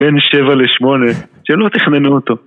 בין שבע לשמונה, שלא תכננו אותו